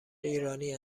ایرانی